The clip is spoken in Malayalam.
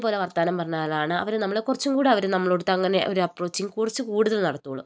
അതേപോലെ വർത്താനം പറഞ്ഞാലാണ് അവർ നമ്മൾ കുറച്ചും കൂടെ അവർ നമ്മൾടടുത്ത് അങ്ങനെ ഒരു അപ്പ്രോച്ചിങ് കുറച്ച് കൂടുതൽ നടത്തൊള്ളൂ